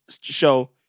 show